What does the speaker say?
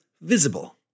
Visible